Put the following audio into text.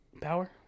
Power